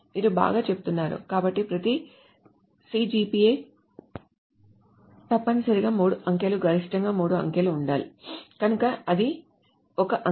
మీరు బాగా చెబుతున్నారు కాబట్టి ప్రతి CGPA తప్పనిసరిగా మూడు అంకెలు గరిష్టంగా మూడు అంకెలు ఉండాలి కనుక ఇది ఒక అంకె